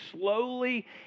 slowly